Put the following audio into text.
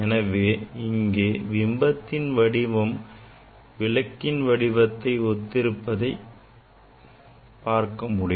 எனவே இங்கே பிம்பத்தின் வடிவம் விளக்கின் வடிவத்தை ஒத்து இருக்கின்றன